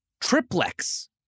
triplex